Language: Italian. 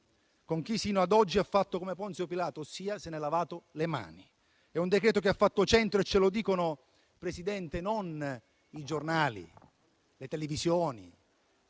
con chi sino ad oggi ha fatto come Ponzio Pilato, ossia se n'è lavato le mani. È un decreto che ha fatto centro e ce lo dicono, Presidente, non i giornali, le televisioni